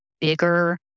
bigger